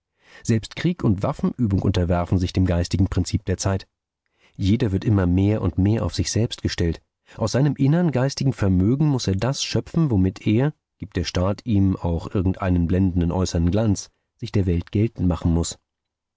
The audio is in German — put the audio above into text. selbst krieg und waffenübung unterwerfen sich dem geistigen prinzip der zeit jeder wird immer mehr und mehr auf sich selbst gestellt aus seinem innern geistigen vermögen muß er das schöpfen womit er gibt der staat ihm auch irgendeinen blendenden äußern glanz sich der welt geltend machen muß